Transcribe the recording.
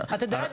אתם יודעים